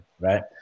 right